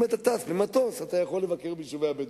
אם אתה טס במטוס אתה יכול לבקר ביישובי הבדואים,